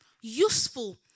useful